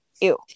Ew